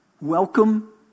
Welcome